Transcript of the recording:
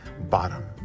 bottom